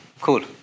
Cool